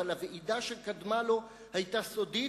אבל הוועידה שקדמה לו היתה סודית,